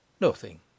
Nothing